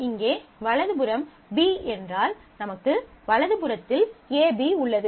இங்கே வலது புறம் B என்றால் நமக்கு வலது புறத்தில் AB உள்ளது